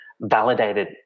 validated